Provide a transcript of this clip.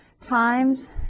Times